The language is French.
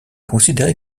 considérée